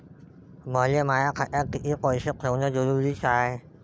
मले माया खात्यात कितीक पैसे ठेवण जरुरीच हाय?